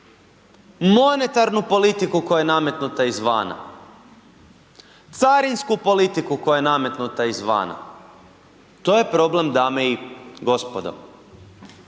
Monetarnu politiku koja je nametnuta izvana, carinsku politiku koja je nametnuta izvana, to je problem dame i gospodo.